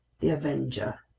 the avenger!